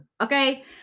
okay